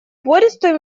пористую